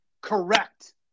Correct